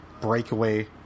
breakaway